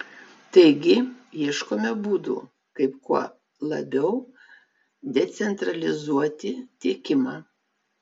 taigi ieškome būdų kaip kuo labiau decentralizuoti tiekimą